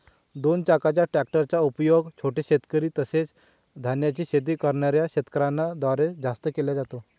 दोन चाकाच्या ट्रॅक्टर चा उपयोग छोटे शेतकरी, तसेच धान्याची शेती करणाऱ्या शेतकऱ्यांन द्वारे जास्त केला जातो